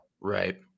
Right